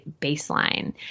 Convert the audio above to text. baseline